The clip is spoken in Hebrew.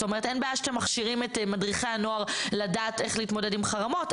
אין בעיה שאתם מכשירים את מדריכי הנוער לדעת איך להתמודד עם חרמות,